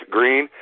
Green